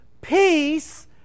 peace